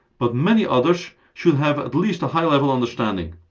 but many others should have at least a high level understanding.